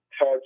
touch